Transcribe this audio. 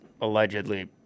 allegedly